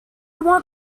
want